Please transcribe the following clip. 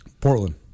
Portland